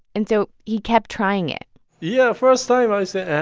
and so he kept trying it yeah, first time i said,